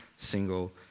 single